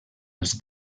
els